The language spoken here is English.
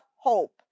hope